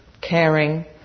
caring